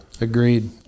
Agreed